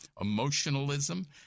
emotionalism